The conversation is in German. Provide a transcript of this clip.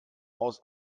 aus